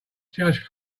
judge